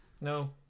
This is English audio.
No